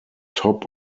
top